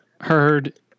heard